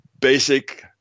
basic